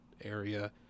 area